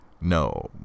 No